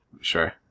Sure